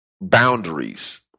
boundaries